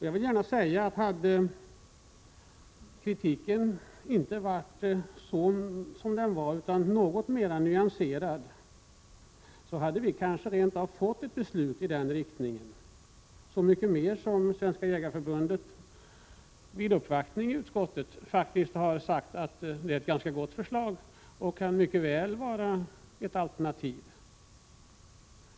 Jag vill gärna säga att om kritiken hade varit något mer nyanserad, så hade vi kanske rent av fått ett beslut i den riktningen, särskilt som Svenska jägareförbundet vid uppvaktning i utskottet faktiskt har sagt att det är ett ganska gott förslag och att det mycket väl kan vara ett alternativ.